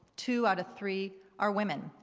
two out of three are women,